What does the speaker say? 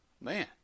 Man